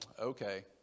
okay